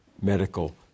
medical